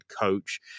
coach